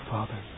Father